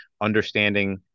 understanding